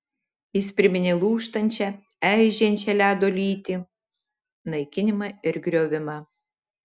jis priminė lūžtančią eižėjančią ledo lytį naikinimą ir griovimą